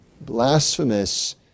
Blasphemous